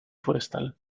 forestal